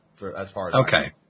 Okay